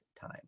time